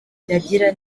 byagira